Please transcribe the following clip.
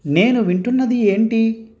నేను వింటున్నది ఏంటి